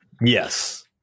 Yes